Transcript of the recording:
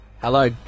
Hello